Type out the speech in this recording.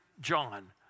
John